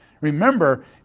Remember